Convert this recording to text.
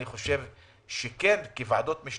אני חושב שכוועדת משנה,